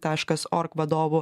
taškas org vadovu